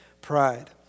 pride